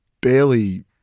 barely